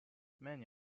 many